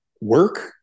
work